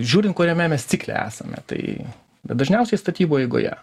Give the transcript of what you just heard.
žiūrint kuriame mes cikle esame tai dažniausiai statybų eigoje